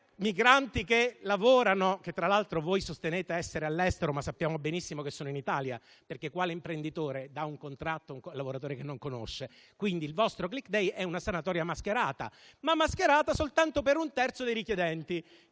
migranti che lavorano, che tra l'altro voi sostenete essere all'estero, ma sappiamo benissimo che sono in Italia, altrimenti quale imprenditore farebbe un contratto a un lavoratore che non conosce? Il vostro *click day* è una sanatoria mascherata, ma soltanto per un terzo dei richiedenti.